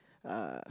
uh